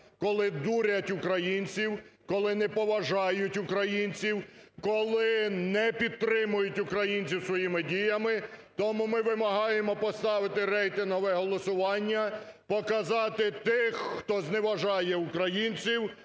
коли дурять українців, коли не поважають українців, коли не підтримують українців своїми діями. Тому ми вимагаємо поставити рейтингове голосування, показати тих, хто зневажає українців,